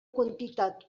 quantitat